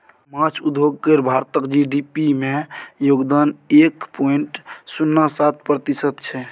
माछ उद्योग केर भारतक जी.डी.पी मे योगदान एक पॉइंट शुन्ना सात प्रतिशत छै